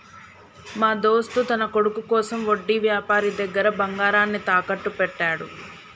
మా దోస్త్ తన కొడుకు కోసం వడ్డీ వ్యాపారి దగ్గర బంగారాన్ని తాకట్టు పెట్టాడు